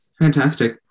Fantastic